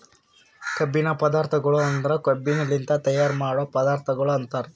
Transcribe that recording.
ಕಬ್ಬಿನ ಪದಾರ್ಥಗೊಳ್ ಅಂದುರ್ ಕಬ್ಬಿನಲಿಂತ್ ತೈಯಾರ್ ಮಾಡೋ ಪದಾರ್ಥಗೊಳ್ ಅಂತರ್